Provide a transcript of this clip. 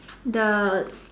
the